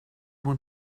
want